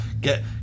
get